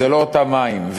זה לא אותם מים,